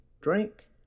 drink